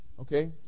Okay